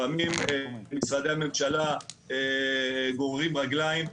לפעמים משרדי הממשלה גוררים רגליים.